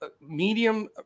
medium